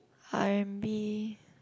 R and B